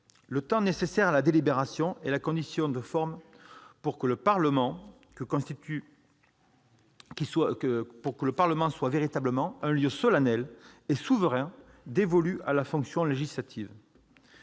Le temps nécessaire à la délibération est la condition de forme pour que le Parlement soit véritablement le lieu solennel et souverain dévolu à la fonction législative.